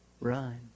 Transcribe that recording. Run